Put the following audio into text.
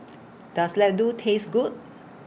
Does Laddu Taste Good